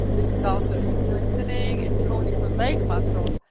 this is also strengthening and toning her leg muscles,